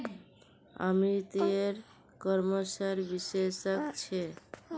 अमित ई कॉमर्सेर विशेषज्ञ छे